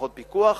ופחות פיקוח,